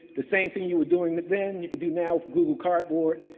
the same thing you were doing then, you can do now with google cardboard,